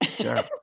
Sure